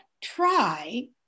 try